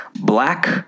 Black